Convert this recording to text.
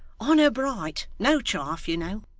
honour bright. no chaff, you know